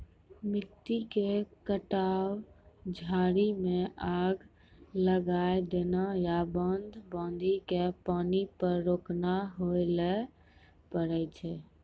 मिट्टी के कटाव, झाड़ी मॅ आग लगाय देना या बांध बांधी कॅ पानी क रोकना होय ल पारै छो